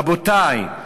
רבותי,